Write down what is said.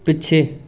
ਪਿੱਛੇ